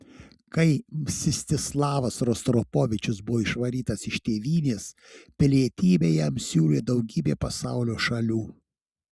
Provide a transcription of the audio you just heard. kai mstislavas rostropovičius buvo išvarytas iš tėvynės pilietybę jam siūlė daugybė pasaulio šalių